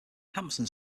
hampson